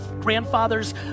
grandfather's